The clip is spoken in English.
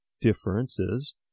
differences